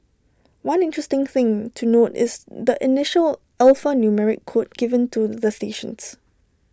one interesting thing to note is the initial alphanumeric code given to the stations